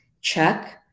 Check